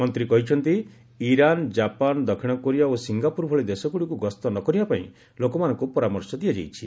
ମନ୍ତ୍ରୀ Iran Japan ଦକ୍ଷିଣ Korea ଓ ସିଙ୍ଗାପୁର ଭଳି ଦେଶଗୁଡ଼ିକୁ ଗସ୍ତ ନ କରିବା ପାଇଁ ଲୋକମାନଙ୍କୁ ପରାମର୍ଶ ଦେଇଛନ୍ତି